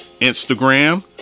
Instagram